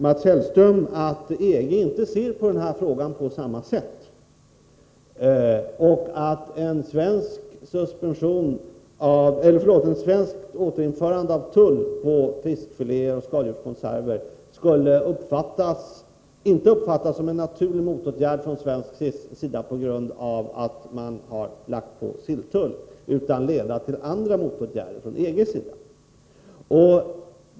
Mats Hellström antyder nu att EG inte ser på frågan på samma sätt och att ett återinförande av tull på fiskfiléer och fiskoch skaldjurskonserver inte skulle uppfattas som en naturlig motåtgärd från svensk sida på grund av att man infört silltull utan skulle leda till andra motåtgärder från EG:s sida.